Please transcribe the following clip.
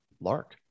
Lark